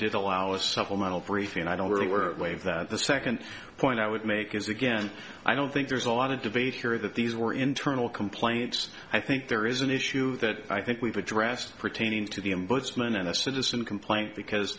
did allow a supplemental brief and i don't really word waive that the second point i would make is again i don't think there's a lot of debate here that these were internal complaints i think there is an issue that i think we've addressed pertaining to the